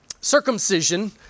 circumcision